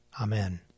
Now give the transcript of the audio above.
Amen